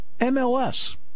MLS